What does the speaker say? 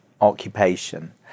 occupation